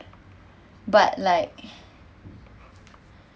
but like